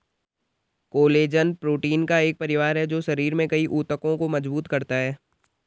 collagen protein का एक परिवार है जो शरीर में कई ऊतकों को मजबूत करता है